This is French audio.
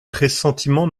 pressentiments